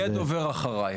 אבחר.